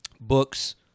books